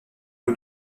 eau